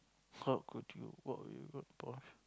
how could you what were you